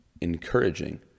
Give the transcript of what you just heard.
encouraging